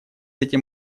этим